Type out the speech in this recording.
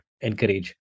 encourage